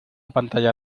pantalla